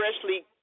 freshly